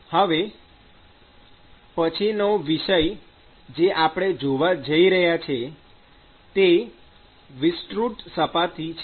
હવે પછીનો વિષય જે આપણે જોવા જઈ રહ્યા છે તે વિસ્તૃત સપાટીઓ છે